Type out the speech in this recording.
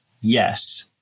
yes